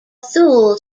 thule